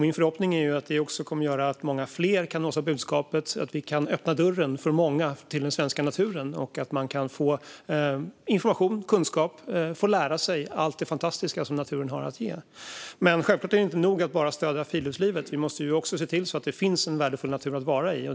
Min förhoppning är att det också kommer att göra att många fler nås av budskapet, att vi kan öppna dörren för många till den svenska naturen och att man kan få information och kunskap och lära sig allt det fantastiska som naturen har att ge. Men självklart är det inte nog att bara stödja friluftslivet. Vi måste också se till att det finns värdefull natur att vara i.